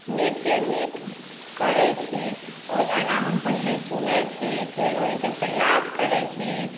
नृत्य नीक करैत छी ओ गाना हम पहिने चुनैत छी फेर ओहिके प्रयास करैत छी